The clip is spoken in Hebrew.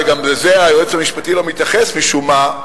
וגם לזה היועץ המשפטי לא מתייחס משום מה,